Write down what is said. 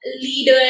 leader